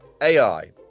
AI